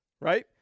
right